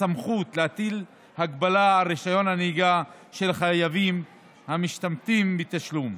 הסמכות להטיל הגבלה על רישיון הנהיגה של חייבים המשתמטים מתשלום,